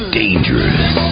dangerous